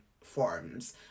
forms